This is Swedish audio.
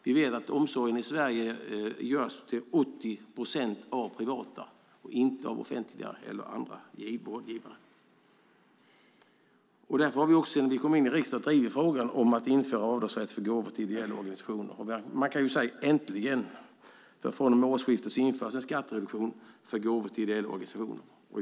Vi vet att omsorgen i Sverige till 80 procent utförs i privat form, inte av offentliga vårdgivare. Sedan Kristdemokraterna kom in i riksdagen har vi drivit frågan om att införa avdragsrätt för gåvor till ideella organisationer. Äntligen! Vid årsskiftet införs en skattereduktion för gåvor till ideella organisationer.